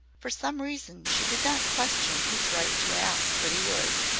for some reason she did not question his right to ask what he would.